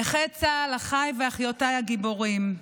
נכי צה"ל, אחיי ואחיותיי הגיבורים,